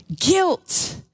guilt